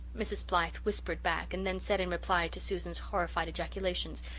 mrs. blythe whispered back and then said in reply to susan's horrified ejaculations,